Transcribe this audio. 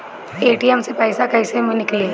ATM से पइसा कइसे निकली?